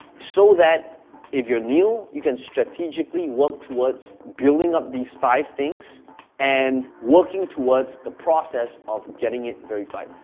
so that if you're new, you can strategically work towards building up these five things and working towards the process of getting it verified.